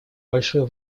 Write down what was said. большую